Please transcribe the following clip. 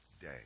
day